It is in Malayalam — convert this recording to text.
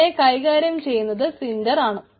ഇതിനെ കൈകാര്യം ചെയ്യുന്നത് സിൻണ്ടർ ആണ്